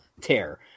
tear